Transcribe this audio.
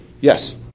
Yes